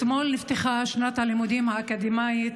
אתמול נפתחה שנת הלימודים האקדמית,